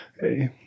Hey